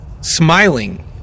Smiling